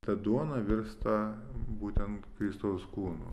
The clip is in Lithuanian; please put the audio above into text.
ta duona virsta būtent kristaus kūnu